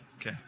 Okay